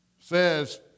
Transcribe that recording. says